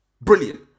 brilliant